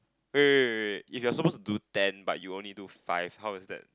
wait wait wait wait wait if you're supposed to do ten but you only do five how is that